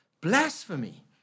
blasphemy